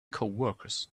coworkers